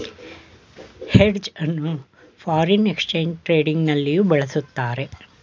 hedge ಅನ್ನು foreign exchange trading ನಲ್ಲಿಯೂ ಬಳಸುತ್ತಾರೆ